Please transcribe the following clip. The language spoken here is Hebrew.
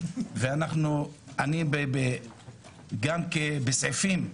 וגם בסעיפים,